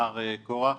מר קורח,